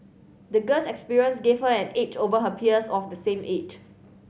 the girl's experience gave her an edge over her peers of the same age